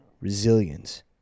resilience